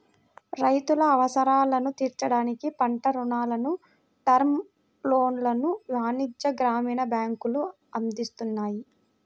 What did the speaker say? రైతుల అవసరాలను తీర్చడానికి పంట రుణాలను, టర్మ్ లోన్లను వాణిజ్య, గ్రామీణ బ్యాంకులు అందిస్తున్నాయి